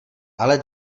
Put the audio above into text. ale